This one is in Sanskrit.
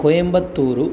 कोयम्बत्तूरु